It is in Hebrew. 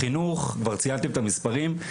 בחינוך, כבר ציינת את המספרים,